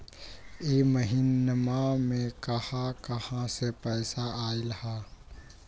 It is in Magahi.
इह महिनमा मे कहा कहा से पैसा आईल ह?